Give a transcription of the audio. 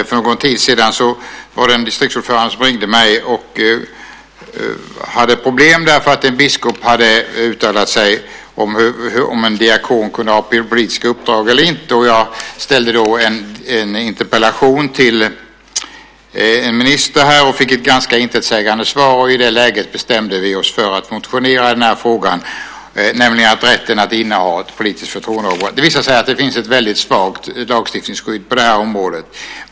För någon tid sedan var det en distriktsordförande som ringde mig och hade problem därför att en biskop hade uttalat sig i fråga om en diakon kunde ha politiska uppdrag eller inte. Jag ställde då en interpellation till en minister och fick ett ganska intetsägande svar. I det läget bestämde vi oss för att motionera i den här frågan, som gäller rätten att inneha ett politiskt förtroendeuppdrag. Det visade sig att det finns ett väldigt svagt lagstiftningsskydd på det här området.